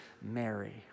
Mary